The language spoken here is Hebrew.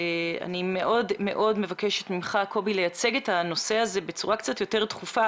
אני מאוד מאוד מבקשת ממך לייצג את הנושא הזה בצורה קצת יותר דחופה.